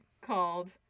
called